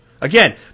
Again